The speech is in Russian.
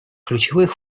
ключевых